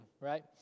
right